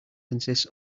consists